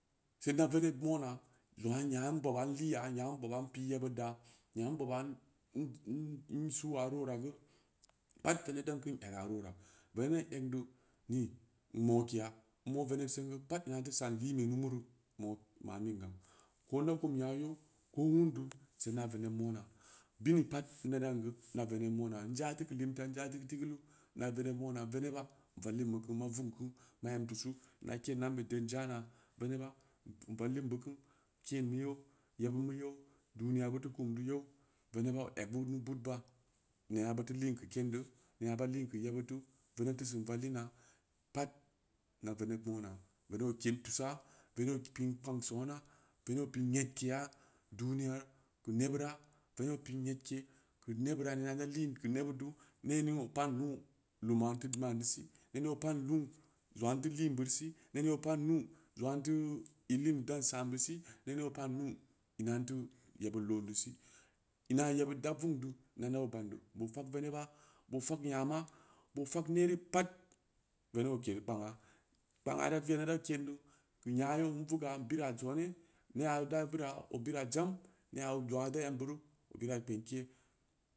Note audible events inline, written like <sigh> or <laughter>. Se inda veneb mona zong aa nya in bobo in liya nya in boba in pii yebudda nya in boba in-in-in suwa ru woreu geu pat veneb dan kin egga ru wora veneb dan egn deu ni mokeya in moo veneb geu pat ina in teu san linbe numu rau mo mamin ga ko inda kum nya yeu ko wundu sai ida veneb mona bini pat inda dan geu inda veneb mona inja teu keu limta in ja teu tigulu inda veneb mona veneb ba in vallin mu keu ma vugu ku ma em tusu na keen ambe dedn jana veneb ba in vallin beu kau keen mu yeu yeb mu yeu duniya beu teu kumdeu yeu venebba oegnu budba nena beu teu lin keu keen deu nena ba lin keu ye bud duu veneb teu beu sin vallina pat inda veneb mona veneb o ked tusa veneb opii kpang sona veneb o pii yed keya duniya keu ne bura veneb o piin yedke keu nebura ina inda lin keu nebudduu ne ning o pan nu'u luma in teu man deu si ne ning o pan nuu zongaa in teu lin beuri si ne ning o pan nuu zong'aa in teu in tin dan san deu si ne ning o pan nuu ina in teu yebud loon deu si <noise> ina yebud da vung deu ina inda beu ban deu bo fag venebba bo fag yama bo fag nere pat veneb okari kpag'aa <noise> kpang aa veneb dau kendu keu nya yeu invuga in bira cune neya da'o bira o bira neya jong da emburu o bira kpengke